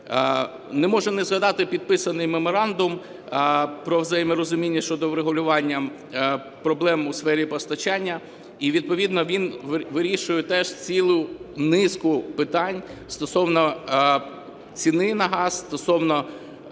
Не можу не згадати підписаний меморандум про взаєморозуміння щодо врегулювання проблем у сфері постачання, і відповідно він вирішує теж цілу низку питань стосовно ціни на газ, стосовно